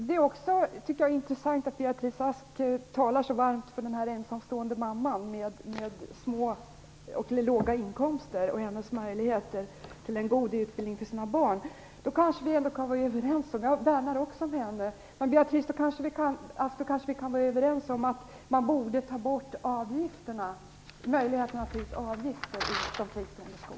Det är också intressant att Beatrice Ask talar så varmt för den här ensamstående mamman med låg inkomst och för hennes möjligheter att få en god utbildning för sina barn. Jag värnar också om den mamman, och då, Beatrice Ask, skulle vi kanske också kunna vara överens om att man borde ta bort möjligheterna för de fristående skolorna att ta ut avgifter.